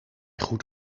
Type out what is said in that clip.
goed